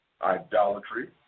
Idolatry